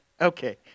Okay